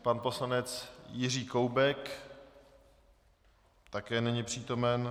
Pan poslanec Jiří Koubek také není přítomen.